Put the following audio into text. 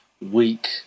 week